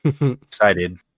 excited